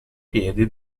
piedi